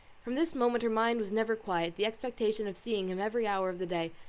from this moment her mind was never quiet the expectation of seeing him every hour of the day,